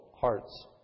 hearts